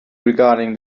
regarding